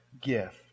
gift